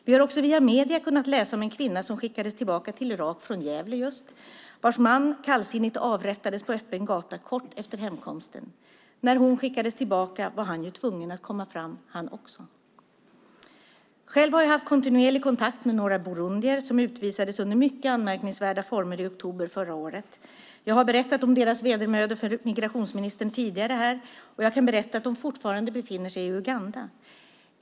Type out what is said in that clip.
Vi har också via medierna kunnat läsa om en kvinna som skickades tillbaka till Irak från Gävle och vars man kallsinnigt avrättades på öppen gata kort efter hemkomsten. När hon skickades tillbaka var han ju tvungen att komma fram, han också. Själv har jag haft kontinuerlig kontakt med några burundier som utvisades under mycket anmärkningsvärda former i oktober förra året. Jag har berättat om deras vedermödor för migrationsministern tidigare här, och kan berätta att de fortfarande befinner sig i Uganda.